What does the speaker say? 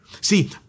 See